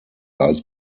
als